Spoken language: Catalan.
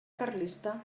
carlista